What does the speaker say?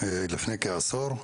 לפני כעשור.